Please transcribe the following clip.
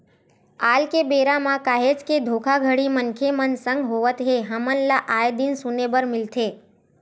आल के बेरा म काहेच के धोखाघड़ी मनखे मन संग होवत हे हमन ल आय दिन सुने बर मिलथे